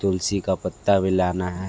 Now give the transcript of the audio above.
तुलसी का पत्ता मिलाना है